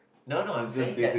no no I'm saying that